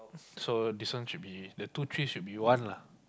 so this one should be the two trees should be one lah